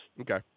Okay